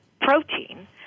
protein